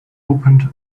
opened